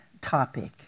topic